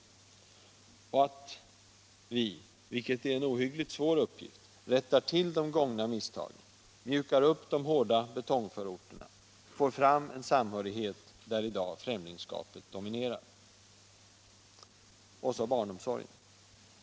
Vidare måste vi — vilket är en ohyggligt svår uppgift — rätta till de begångna misstagen, mjuka upp de hårda betongförorterna och få fram en samhörighet där i dag främlingskapet dominerar. Så till barnomsorgen.